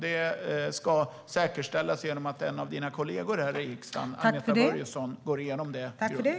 Det ska säkerställas genom att en av dina kollegor här i riksdagen, Agneta Börjesson, går igenom det grundligt.